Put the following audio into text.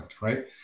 right